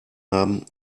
haben